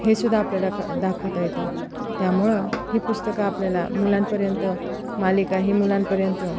हे सुद्धा आपल्याला क दाखवता येतं त्यामुळे ही पुस्तकं आपल्याला मुलांपर्यंत मालिका ही मुलांपर्यंत